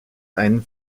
einen